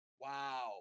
Wow